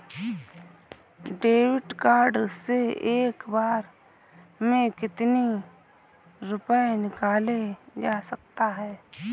David card से एक बार में कितनी रूपए निकाले जा सकता है?